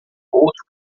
outro